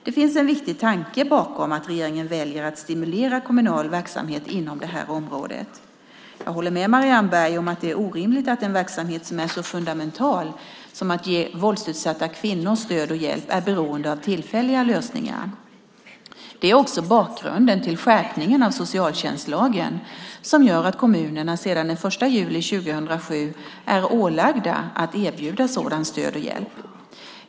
Det finns en viktig tanke bakom att regeringen väljer att stimulera kommunal verksamhet inom det här området. Jag håller med Marianne Berg om att det är orimligt att en verksamhet med något så fundamentalt som att ge utsatta våldsutsatta kvinnor stöd och hjälp är beroende av tillfälliga lösningar. Det är också bakgrunden till skärpningen av socialtjänstlagen som gör att kommunerna sedan den 1 juli 2007 är ålagda att erbjuda sådant stöd och sådan hjälp.